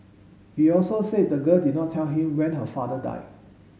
he also said the girl did not tell him when her father died